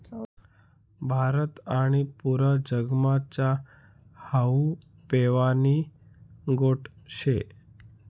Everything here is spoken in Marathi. भारत आणि पुरा जगमा च्या हावू पेवानी गोट शे